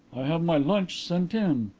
have my lunch sent in.